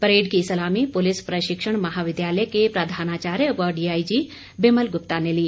parade की सलामी police प्रशिक्षण महाविद्यालय के प्रधानाचार्य व डीआईजी बिमल गुप्ता ने ली